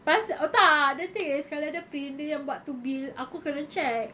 pasal oh tak the thing is kalau dia print dia yang buat tu bill aku kena check